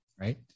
Right